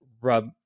rub